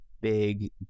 big